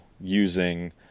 using